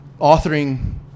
authoring